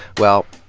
well,